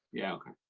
yeah, okay.